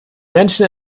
menschen